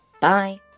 Bye